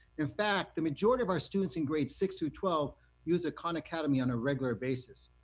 in fact, the majority of our students in grades six through twelve use a khan academy on a regular basis.